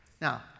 Now